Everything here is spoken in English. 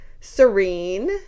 Serene